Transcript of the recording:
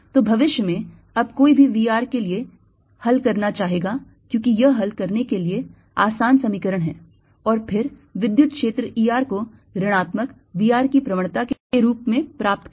तो भविष्य में अब कोई भी V r के लिए हल करना चाहेगा क्योंकि यह हल करने के लिए आसान समीकरण है और फिर विद्युत क्षेत्र E r को ऋणात्मक V r की प्रवणता के रूप में प्राप्त करें